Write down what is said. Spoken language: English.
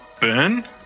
Burn